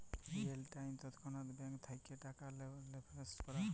real time তৎক্ষণাৎ bank থ্যাইকে টাকা টেলেসফার ক্যরা